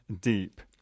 Deep